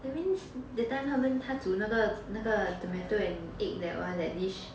that means that time 他煮那个那个 tomato and egg that one that dish